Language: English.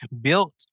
built